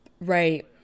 Right